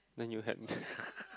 when you help me